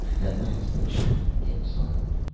at last the machines became silent.